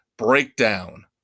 Breakdown